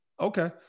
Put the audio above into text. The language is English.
Okay